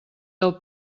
del